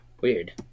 Weird